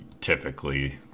typically